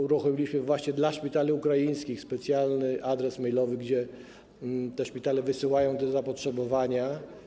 Uruchomiliśmy właśnie dla szpitali ukraińskich specjalny adres e-mailowy, na który te szpitale wysyłają zapotrzebowanie.